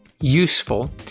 useful